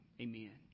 Amen